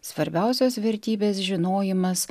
svarbiausios vertybės žinojimas